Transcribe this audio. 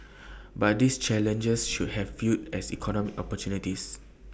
but these challenges should have viewed as economic opportunities